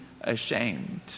ashamed